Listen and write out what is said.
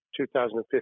2015